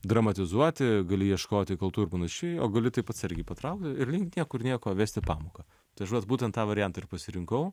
dramatizuoti gali ieškoti kaltų ir panašiai o gali taip atsargiai patraukti ir lyg niekur nieko vesti pamoką tai aš vat būtent tą variantą ir pasirinkau